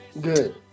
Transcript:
good